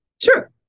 Sure